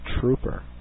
Trooper